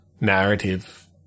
narrative